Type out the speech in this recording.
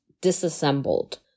disassembled